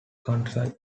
countryside